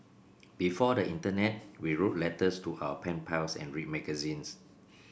before the internet we wrote letters to our pen pals and read magazines